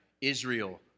Israel